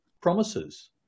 promises